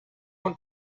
want